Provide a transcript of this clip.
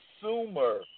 consumer